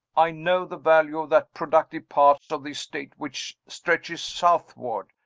i know the value of that productive part of the estate which stretches southward,